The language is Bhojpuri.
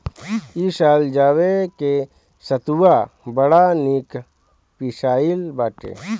इ साल जवे के सतुआ बड़ा निक पिसाइल बाटे